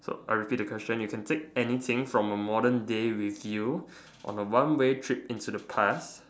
so I repeat the question you can take anything from the modern day with you on a one way trip to the past